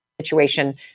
situation